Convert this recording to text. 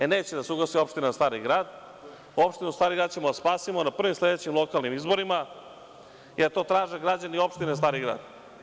E, neće da se ugasi opština Stari grad, opštinu Stari grad ćemo da spasimo na prvim sledećim lokalnim izborima, jer to traže građani opštine Stari grad.